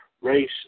Race